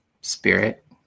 spirit